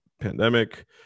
pandemic